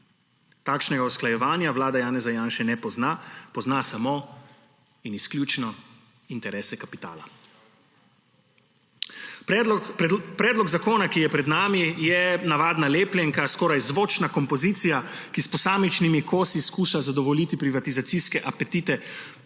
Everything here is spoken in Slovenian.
Takšnega usklajevanja vlada Janeza Janše ne pozna, pozna samo in izključno interese kapitala. Predlog zakona, ki je pred nami, je navadna lepljenka, skoraj zvočna kompozicija, ki s posamičnimi kosi skuša zadovoljiti privatizacijske apetite zaenkrat